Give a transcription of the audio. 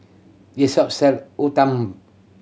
this shop sell